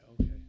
Okay